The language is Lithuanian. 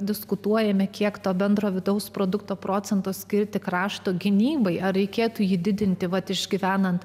diskutuojame kiek to bendro vidaus produkto procento skirti krašto gynybai ar reikėtų jį didinti vat išgyvenant